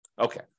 Okay